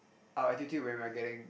our attitude when we're getting